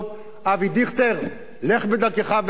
אבי דיכטר, לך בדרכך והצלח.